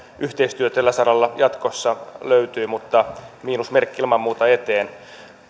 yhteistyö tällä saralla jatkossa löytyy mutta miinusmerkki tulee ilman muuta eteen